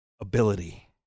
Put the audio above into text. Ability